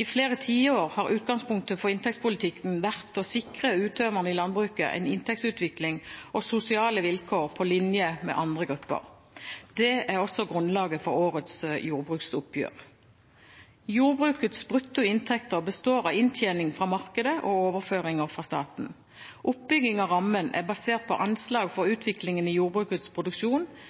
I flere tiår har utgangspunktet for inntektspolitikken vært å sikre utøverne i landbruket en inntektsutvikling og sosiale vilkår på linje med andre grupper. Det er også grunnlaget for årets jordbruksoppgjør. Jordbrukets brutto inntekter består av inntjening fra markedet og overføringer fra staten. Oppbyggingen av rammen er basert på anslag for utviklingen i jordbrukets produksjon,